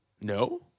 No